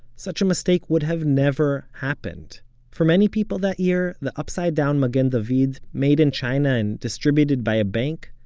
such a mistake would have never happened for many people that year, the upside down magen david, made in china and distributed by a bank,